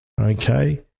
okay